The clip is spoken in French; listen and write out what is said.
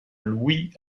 louis